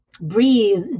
breathe